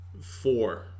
Four